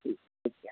ٹھیک شکریہ